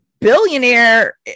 billionaire